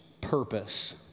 purpose